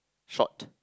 short